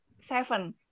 seven